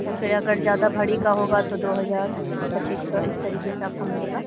या फिर अगर ज़्यादा भरी का होगा तो दो हज़ार पच्चीस सौ इस तरीके से आपको मिलेगा